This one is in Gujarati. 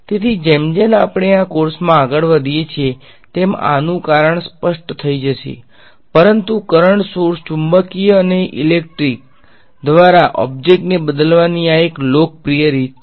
તેથી જેમ જેમ આપણે આ કોર્સમાં આગળ વધીએ છીએ તેમ આનું કારણ સ્પષ્ટ થઈ જશે પરંતુ કરંટ સોર્સ ચુંબકીય અને ઇલેક્ટ્રિક ઓકે દ્વારા ઓબ્જેક્ટને બદલવાની આ એક લોકપ્રિય રીત છે